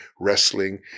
wrestling